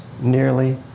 nearly